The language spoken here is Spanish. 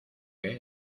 que